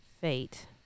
fate